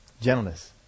Gentleness